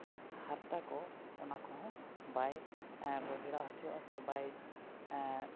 ᱦᱟᱨᱛᱟ ᱠᱚ ᱚᱱᱟ ᱠᱚᱦᱚᱸ ᱵᱟᱭ ᱜᱚᱸᱡᱽᱲᱟᱣ ᱦᱚᱪᱚᱣᱟᱜᱼᱟ ᱥᱮ ᱵᱟᱭ